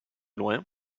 loin